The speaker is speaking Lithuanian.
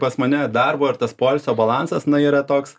pas mane darbo ir tas poilsio balansas na yra toks